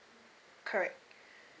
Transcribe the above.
correct